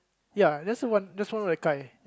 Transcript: ya that's the one that's one of my